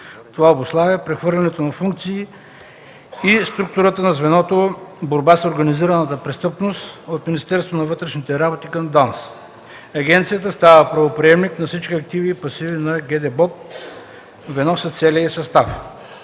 Това обуславя прехвърлянето на функции и структурата на звеното „Борба с организираната престъпност” от Министерството на вътрешните работи към ДАНС. Агенцията става правоприемник на всички активи и пасиви на ГДБОП в едно с целия й състав.